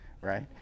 right